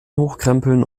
hochkrempeln